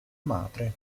madre